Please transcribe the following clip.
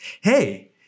Hey